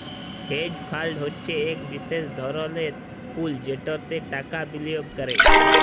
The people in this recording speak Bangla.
হেজ ফাল্ড হছে ইক বিশেষ ধরলের পুল যেটতে টাকা বিলিয়গ ক্যরে